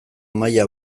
maila